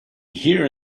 here